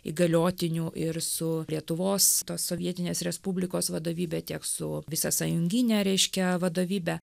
įgaliotinių ir su lietuvos tos sovietinės respublikos vadovybe tiek su visasąjungine reiškia vadovybe